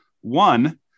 One